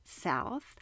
South